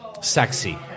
sexy